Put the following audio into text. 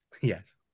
yes